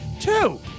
two